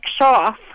off